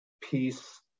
peace